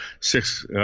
six